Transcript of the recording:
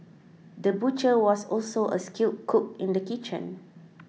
the butcher was also a skilled cook in the kitchen